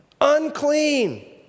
unclean